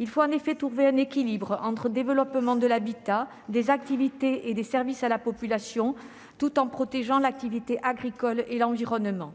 Il faut en effet trouver un équilibre entre le développement de l'habitat, des activités et des services à la population, tout en protégeant l'activité agricole et l'environnement.